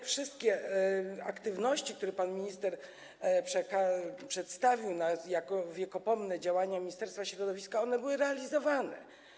Te wszystkie aktywności, które pan minister przedstawił jako wiekopomne działania Ministerstwa Środowiska, były realizowane.